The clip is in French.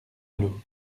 malo